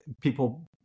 People